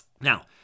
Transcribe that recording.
Now